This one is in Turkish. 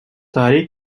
tarihi